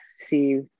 see